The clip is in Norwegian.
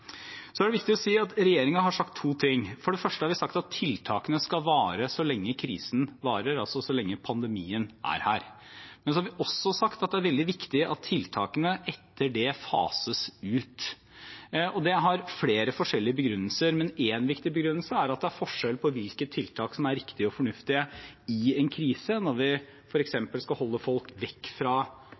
er viktig å si at regjeringen har sagt to ting. Vi har sagt at tiltakene skal vare så lenge krisen varer, altså så lenge pandemien er her, men vi har også sagt at det er veldig viktig at tiltakene etter det fases ut. Det har flere forskjellige begrunnelser, men én viktig begrunnelse er at det er forskjell på hvilke tiltak som er riktige og fornuftige i en krise når vi f.eks. skal holde folk vekk fra